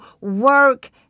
work